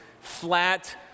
flat